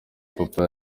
papa